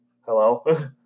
Hello